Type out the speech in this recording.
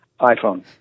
iPhone